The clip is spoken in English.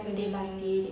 mm